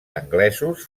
anglesos